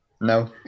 No